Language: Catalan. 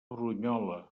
brunyola